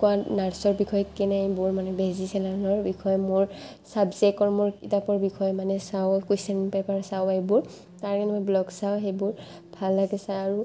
কোৱা নাৰ্ছৰ বিষয়ে কেনে এইবোৰ মানে বেজি চেলাইনৰ বিষয়ে মোৰ চাব্জেকৰ মোৰ কিতাপৰ বিষয়ে মানে চাওঁ কুৱেশ্যন পেপাৰ চাওঁ এইবোৰ তাৰে মই ব্লগ চাওঁ সেইবোৰ ভাল লাগে চাই আৰু